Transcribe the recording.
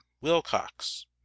Wilcox